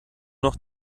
noch